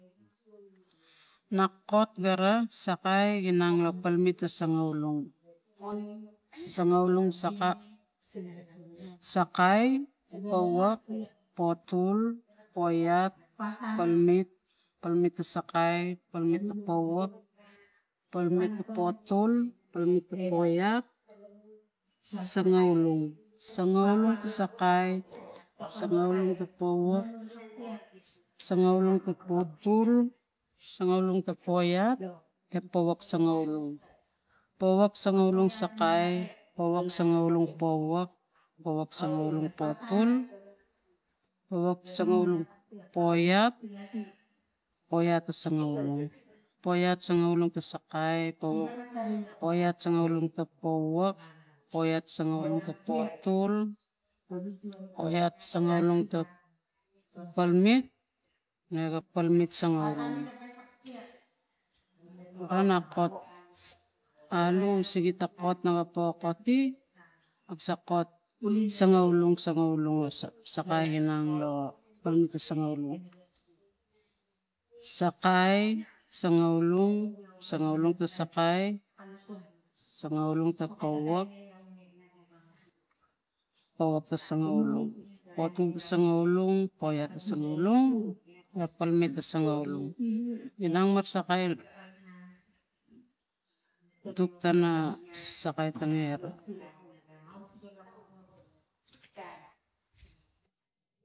Tgc- 05- n072 na kot gara sakai ginap lo palmet ta sangaulong. Sangaulong saka sakai, powak, potul, poiat, palmet, palmet ta sakai, palmet ta powak, palmet ta potul, palmet ta poiat, sangaulong, sangaulong ta sakai, sangaulong ta powak, sangaulong ta potul, sangaulong ta poiat, e powak sangaulong, powak sangaulong ta sakai, powak sangaulong powak, powak sangaulong potul, powak sangaulong poiat, poiat ta sangaulong, poiat ta sangaulong, poiat sangaulong ta sakai, poiat sangaulong ta powak, poiat sangaulong ta potul, poiat sangaulong ta palmet, nege palmet sangaulong pana kap alu u sege pa kap po kati nuk sa kot sangaulong sakai ginang lo palmetta sangaulong sakai sangaulong, sangaulong ta sakai, sangaulong ta powak, powak ta sangaulong, potul ta sangaulong, palmet ta sangaulong inang marasakai tut tano sakai tane.